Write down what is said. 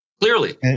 clearly